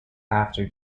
after